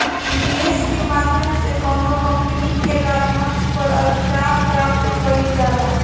निवेस के माध्यम से कौनो कंपनी के लाभांस पर अधिकार प्राप्त कईल जाला